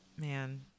Man